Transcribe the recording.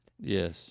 Yes